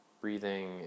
breathing